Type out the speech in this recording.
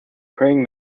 praying